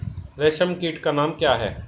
रेशम कीट का नाम क्या है?